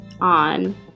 on